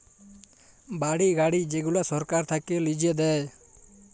বাড়ি, গাড়ি যেগুলা সরকার থাক্যে লিজে দেয়